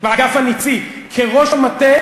באגף הנצי, כראש המטה